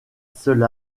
seule